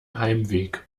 heimweg